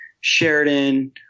Sheridan